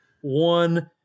one